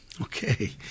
Okay